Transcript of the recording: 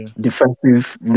defensive